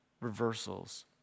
Reversals